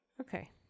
Okay